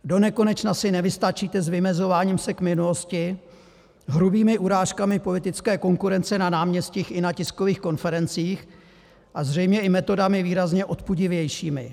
Donekonečna si nevystačíte s vymezováním se k minulosti, hrubými urážkami politické konkurence na náměstích i na tiskových konferencích a zřejmě i metodami výrazně odpudivějšími.